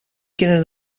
beginning